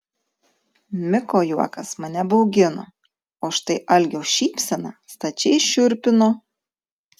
miko juokas mane baugino o štai algio šypsena stačiai šiurpino